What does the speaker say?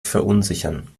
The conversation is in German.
verunsichern